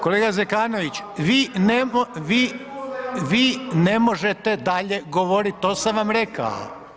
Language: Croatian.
Kolega Zekanović, vi ne možete dalje govoriti to sam vam rekao.